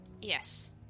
Yes